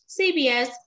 CBS